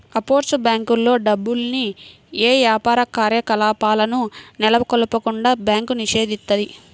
offshore బ్యేంకుల్లో డబ్బుల్ని యే యాపార కార్యకలాపాలను నెలకొల్పకుండా బ్యాంకు నిషేధిత్తది